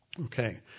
Okay